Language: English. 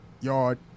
Yard